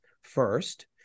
first